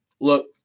Look